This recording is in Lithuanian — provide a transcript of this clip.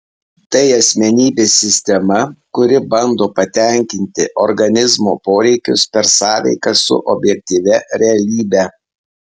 tai asmenybės sistema kuri bando patenkinti organizmo poreikius per sąveiką su objektyvia realybe